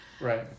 Right